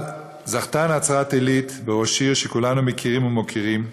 אבל זכתה נצרת-עילית בראש עיר שכולנו מכירים ומוקירים,